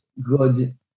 good